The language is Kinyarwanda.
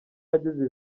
ageza